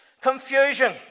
confusion